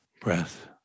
breath